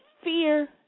Fear